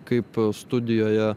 kaip studijoje